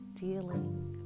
dealing